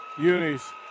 unis